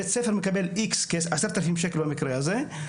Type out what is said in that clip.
בית ספר מקבל 10,000 שקל במקרה הזה,